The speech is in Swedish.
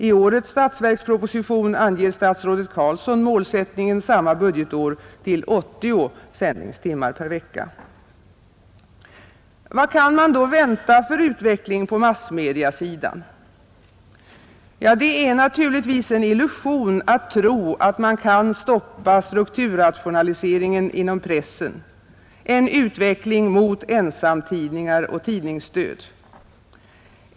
I årets statsverksproposition anger statsrådet Carlsson målsättningen samma budgetår till 80 sändningstimmar per vecka. Vilken utveckling kan man då vänta på massmediasidan? Ja, det är naturligtvis en illusion att tro att man kan stoppa strukturrationaliseringen inom pressen, en utveckling mot ensamtidningar och tidningsdöd.